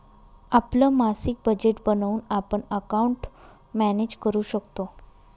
आपलं मासिक बजेट बनवून आपण अकाउंट मॅनेज करू शकतो